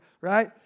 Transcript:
right